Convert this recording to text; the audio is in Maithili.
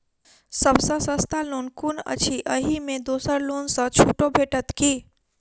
सब सँ सस्ता लोन कुन अछि अहि मे दोसर लोन सँ छुटो भेटत की?